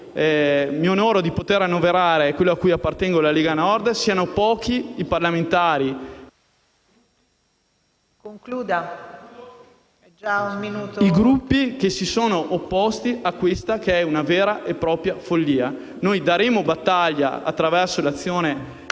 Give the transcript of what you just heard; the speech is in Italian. mi onoro di poter annoverare quello a cui appartengo, la Lega Nord, siano pochi i parlamentari che si sono opposti a questa che è una vera e propria follia. Daremo battaglia attraverso l'azione